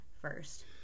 first